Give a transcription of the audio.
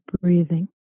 breathing